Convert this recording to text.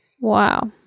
Wow